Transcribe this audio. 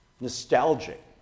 nostalgic